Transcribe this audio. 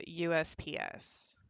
USPS